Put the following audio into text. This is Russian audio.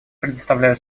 предоставляю